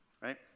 Right